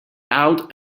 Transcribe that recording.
out